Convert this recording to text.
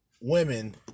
women